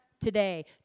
today